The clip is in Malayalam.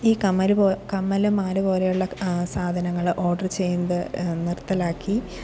ഈ കമ്മല് കമ്മലും മാല പോലെയുള്ള സാധനങ്ങള് ഓർഡർ ചെയ്യുന്നത് നിർത്തലാക്കി